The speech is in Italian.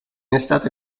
estate